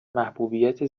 محبوبیت